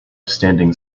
standing